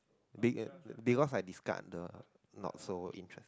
bec~ because I discard the not so interest